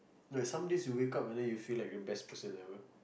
wait some days you wake up and then you feel like the best person ever